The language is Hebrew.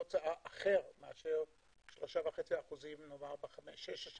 היו בה השקעות גדולות בעבר, יש היסטוריה